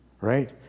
right